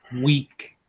week